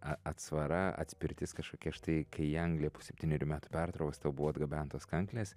a atsvara atspirtis kažkokia štai kai į angliją po septynerių metų pertraukos tau buvo atgabentos kanklės